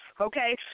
okay